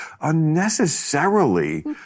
unnecessarily